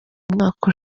umwaka